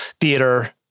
theater